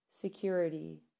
security